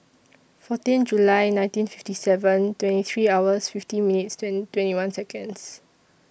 fourteen July nineteen fifty seven twenty three hours fifty minutes twenty one Seconds